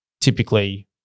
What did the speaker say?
Typically